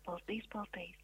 baltais baltais